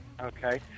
Okay